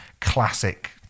classic